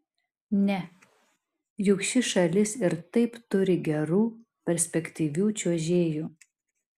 ne juk ši šalis ir taip turi gerų perspektyvių čiuožėjų